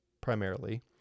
primarily